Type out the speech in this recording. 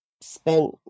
spent